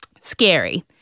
scary